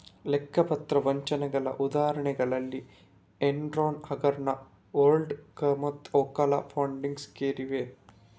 ಲೆಕ್ಕ ಪತ್ರ ವಂಚನೆಗಳ ಉದಾಹರಣೆಗಳಲ್ಲಿ ಎನ್ರಾನ್ ಹಗರಣ, ವರ್ಲ್ಡ್ ಕಾಮ್ಮತ್ತು ಓಕಾಲಾ ಫಂಡಿಂಗ್ಸ್ ಗೇರಿವೆ